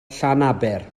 llanaber